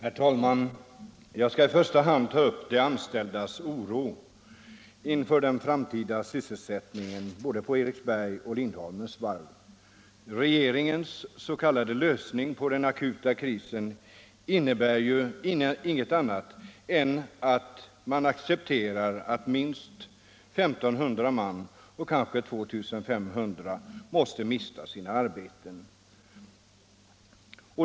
Herr talman! Jag skall i första hand ta upp de anställdas oro inför den framtida sysselsättningen på Eriksberg och Lindholmens varv. Regeringens s.k. lösning på den akuta krisen innebär ju inget annat än ett accepterande av att minst 1 500 man, kanske 2 500, kommer att mista sina arbeten.